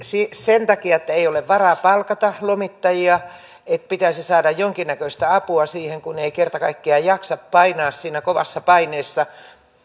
sen takia että ei ole varaa palkata lomittajia että pitäisi saada jonkinnäköistä apua siihen kun ei kerta kaikkiaan jaksa painaa siinä kovassa paineessa